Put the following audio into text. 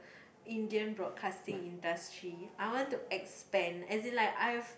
Indian broadcasting industry I want to expand as in like I've